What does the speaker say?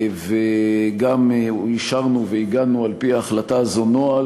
וגם אישרנו ועיגנו על-פי ההחלטה הזו נוהל,